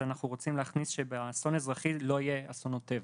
רוצים להכניס שב"אסון אזרחי" לא יהיה אסונות טבע.